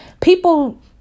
people